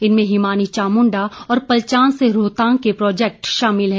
इनमें हिमानी चामुंडा और पलचान से रोहतांग तक के प्रोजेक्ट शामिल हैं